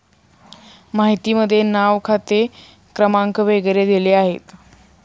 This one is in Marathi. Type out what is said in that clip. माहितीमध्ये नाव खाते क्रमांक वगैरे दिले आहेत